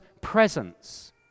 presence